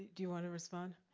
do you wanna respond?